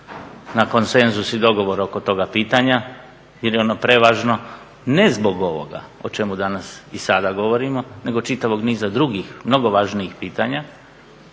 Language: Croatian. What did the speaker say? na konsenzus i dogovor oko toga pitanja jer je ono prevažno ne zbog ovoga o čemu danas i sada govorimo nego čitavog niza drugih mnogo važnijih pitanja.